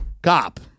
cop